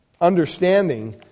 understanding